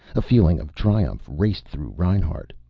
a feeling of triumph raced through reinhart.